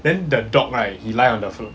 then the dog right he lie on the floor